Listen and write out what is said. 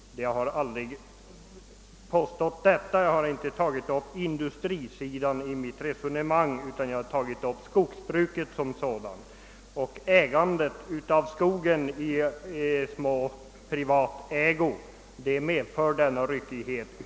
Jag har aldrig gjort detta. Jag har inte berört industrisidan i mitt resonemang, utan jag har tagit upp frågan om skogsbruket som sådant och uppdelningen av skogen i små privatägda enheter. Det är denna som medför ryckigheten.